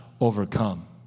overcome